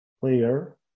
player